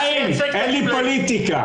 חיים, אין לי פוליטיקה.